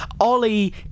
Ollie